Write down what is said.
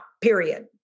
period